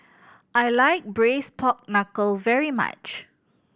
I like Braised Pork Knuckle very much